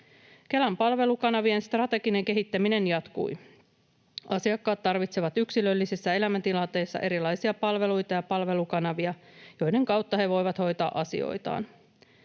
Kelan palvelukanavien strateginen kehittäminen jatkui. Asiakkaat tarvitsevat yksilöllisissä elämäntilanteissa erilaisia palveluita ja palvelukanavia, joiden kautta he voivat hoitaa asioitaan.